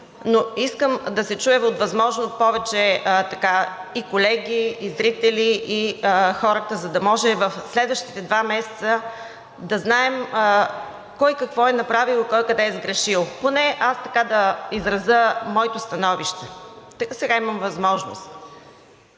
но искам да се чуе от възможно повече и колеги, и зрители, и от хората, за да може в следващите два месеца да знаем кой какво е направил и кой къде е сгрешил. Поне аз така да изразя моето становище, тъй като сега имам възможност.